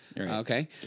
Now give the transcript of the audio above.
Okay